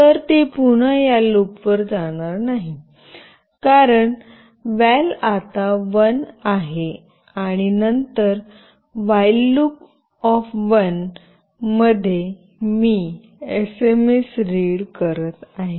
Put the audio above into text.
तर ते पुन्हा या लूपवर जाणार नाही कारण "वॅल " आता 1 आहे आणि नंतर व्हाईललूप while मध्ये मी एसएमएस रीड करत आहे